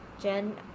Jen